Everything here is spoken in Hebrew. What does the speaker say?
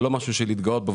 זה לא משהו להתגאות בו.